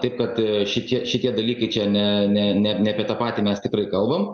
taip kad šitie šitie dalykai čia ne ne ne apie tą patį mes tikrai kalbam